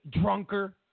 drunker